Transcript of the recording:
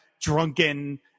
drunken